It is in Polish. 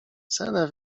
cenę